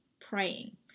praying